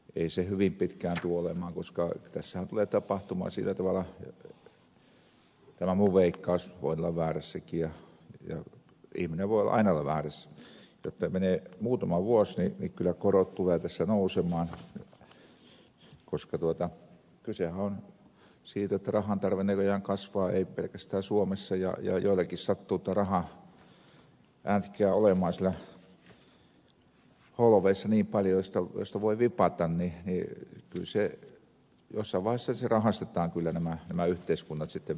ei se hyvin pitkään tule olemaan koska tässähän tulee tapahtumaan sillä tavalla tämä on minun veikkaukseni voin olla väärässäkin ja ihminen voi aina olla väärässä jotta menee muutama vuosi niin kyllä korot tulevat tässä nousemaan koska kysehän on siitä jotta rahan tarve näköjään kasvaa ei pelkästään suomessa ja kun joillakin sattuu tuota rahaa olemaan siellä holveissa niin paljon josta voi vipata niin kyllä jossain vaiheessa rahastetaan nämä yhteiskunnat perusteellisesti